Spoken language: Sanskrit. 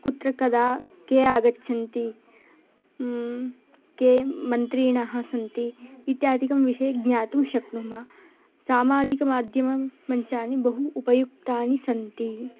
कुत्र कदा के आगच्छन्ति के मन्त्रीणः सन्ति इत्यादिकं विषये ज्ञातुं शक्नुमः सामाजिकमाध्यमं मञ्चानि बहु उपयुक्तानि सन्ति